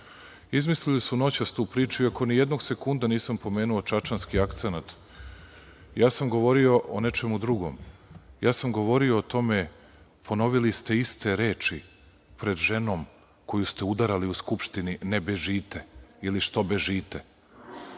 Izmislili su noćas tu priču, iako nijednog sekunda nisam pomenuo čačanski akcenat. Ja sam govorio o nečemu drugom. Ja sam govorio o tome, ponovili ste iste reči pred ženom koju ste udarali u Skupštini - ne bežite, ili što bežite. To